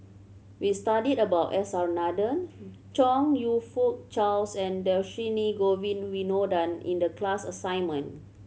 we studied about S R Nathan Chong You Fook Charles and Dhershini Govin Winodan in the class assignment